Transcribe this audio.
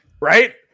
Right